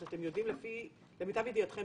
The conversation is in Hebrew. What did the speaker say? למיטב ידיעתכם,